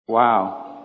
wow